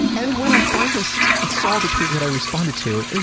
and, when i finally so saw the tweet that i responded to,